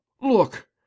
Look